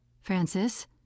Francis